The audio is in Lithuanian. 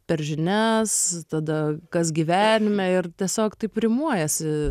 per žinias tada kas gyvenime ir tiesiog taip rimuojasi